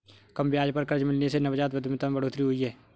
कम ब्याज पर कर्ज मिलने से नवजात उधमिता में बढ़ोतरी हुई है